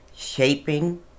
Shaping